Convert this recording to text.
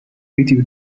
video